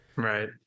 Right